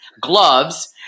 gloves